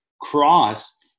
cross